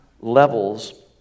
levels